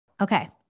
okay